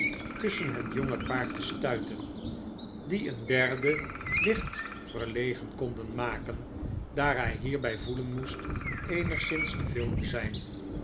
tusschen het jonge paar te stuiten die een derde licht verlegen konden maken daar hij hierbij voelen moest eenigszins te veel te zijn